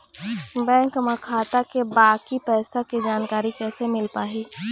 Bank म खाता के बाकी पैसा के जानकारी कैसे मिल पाही?